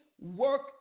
work